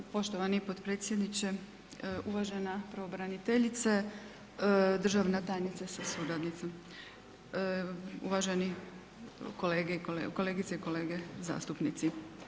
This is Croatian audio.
Poštovani potpredsjedniče, uvažena pravobraniteljice, državna tajnice sa suradnicima, uvažene kolegice i kolege zastupnici.